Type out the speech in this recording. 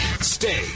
Stay